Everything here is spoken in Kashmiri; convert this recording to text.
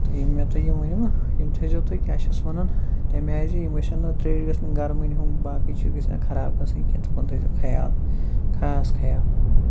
تہٕ یِم مےٚ تۄہہِ یِم ؤنۍ مو یِم تھٔےزیو تُہۍ کیٛاہ چھِس وَنان تَمہِ آے زِ یِم گژھن نہٕ ترٛیش گژھِ نہٕ گَرمٕنۍ ہُم باقٕے چیٖز گٔژھۍ نہٕ خراب گژھٕنۍ کینٛہہ تمَن تھٔےزیو خیال خاص خیال